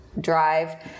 drive